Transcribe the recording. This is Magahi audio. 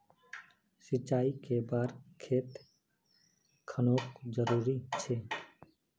सिंचाई कै बार खेत खानोक जरुरी छै?